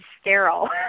sterile